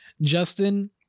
Justin